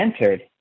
entered